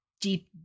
deep